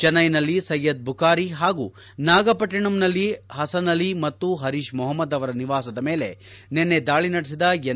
ಚಿನ್ನೈನಲ್ಲಿ ಸೈಯದ್ ಬುಕ್ತಾರಿ ಹಾಗೂ ನಾಗಪಟ್ಟಿನಂನಲ್ಲಿ ಹಸನ್ ಅಲಿ ಮತ್ತು ಹರೀಶ್ ಮೊಹಮದ್ ಅವರ ನಿವಾಸದ ಮೇಲೆ ನಿನ್ನೆ ದಾಳಿ ನಡೆಸಿದ ಎನ್